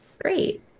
Great